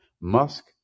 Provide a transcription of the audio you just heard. Musk